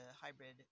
hybrid